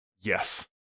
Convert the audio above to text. Yes